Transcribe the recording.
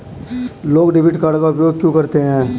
लोग debit card का उपयोग क्यों करते हैं?